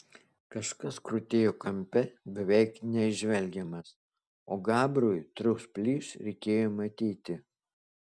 kažkas krutėjo kampe beveik neįžvelgiamas o gabrui truks plyš reikėjo matyti